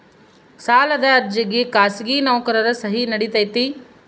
ಸಾಲದ ಅರ್ಜಿಗೆ ಖಾಸಗಿ ನೌಕರರ ಸಹಿ ನಡಿತೈತಿ?